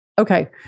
Okay